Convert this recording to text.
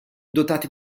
dotati